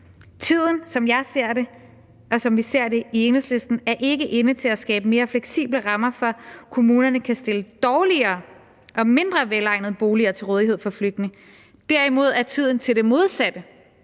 11 år. Som jeg ser det, og som vi ser det i Enhedslisten, er tiden ikke inde til at skabe mere fleksible rammer for kommunerne til at stille dårligere og mindre velegnede boliger til rådighed for flygtninge, derimod er tiden til det modsatte.